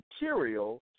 material